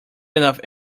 enough